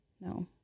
No